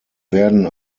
werden